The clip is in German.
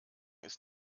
ist